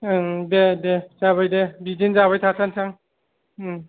दे दे जाबाय दे बिदिनो जाबाय थाथारसां